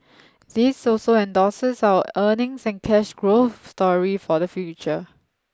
this also endorses our earnings and cash growth story for the future